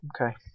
okay